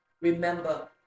Remember